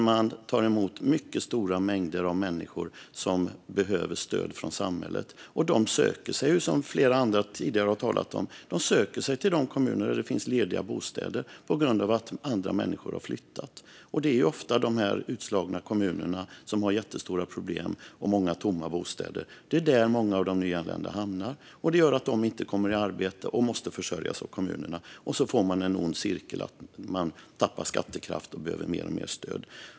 Man tar emot mycket stora mängder av människor som behöver stöd från samhället. Dessa människor söker sig, som flera tidigare har talat om, till de kommuner där det finns lediga bostäder på grund av att andra människor har flyttat. Det är ofta de utslagna kommunerna som har jättestora problem och många tomma bostäder. Det är där många av de nyanlända hamnar. Det gör att de inte kommer i arbete utan måste försörjas av kommunerna. Så får man en ond cirkel. Man tappar skattekraft och behöver mer och mer stöd.